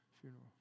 funeral